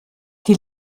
die